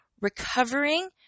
recovering